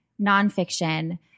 nonfiction